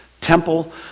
temple